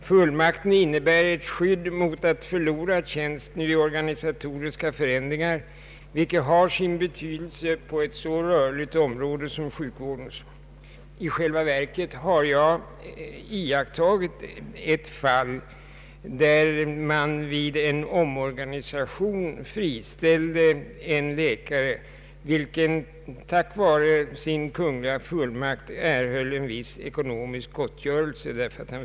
Fullmakten innebär ett skydd mot att förlora tjänsten vid organisatoriska förändringar, vilket har sin betydelse på ett så rörligt område som sjukvårdens. I själva verket har jag iakttagit ett fall, där man vid en omorganisation friställde en läkare, vilken dock tack vare sin kungliga fullmakt erhöll en viss ekonomisk gottgörelse.